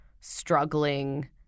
struggling